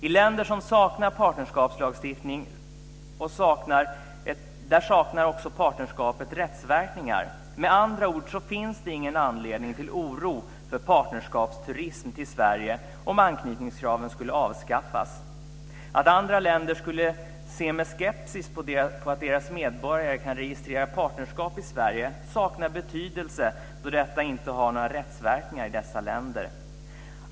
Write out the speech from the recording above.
I länder som saknar partnerskapslagstiftning saknar också partnerskapet rättsverkningar. Med andra ord finns det ingen anledning till oro för partnerskapsturism till Sverige om anknytningskraven skulle avskaffas. Att andra länder skulle se med skepsis på att deras medborgare kan registrera partnerskap i Sverige saknar betydelse, då detta inte har några rättsverkningar i dessa länder.